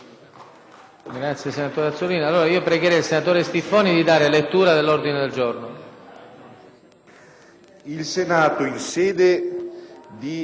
Il Senato, in sede di esame del disegno di legge n. 1117 e connessi